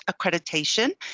accreditation